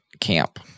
camp